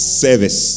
service